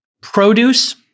produce